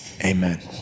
Amen